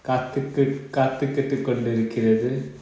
காத்து காத்து கொண்டு இருக்கிறது:kaathu kaathu kondu irukirathu